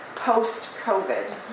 post-COVID